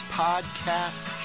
podcast